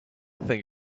think